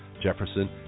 Jefferson